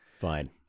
Fine